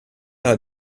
alla